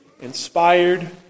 inspired